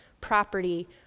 property